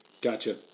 Gotcha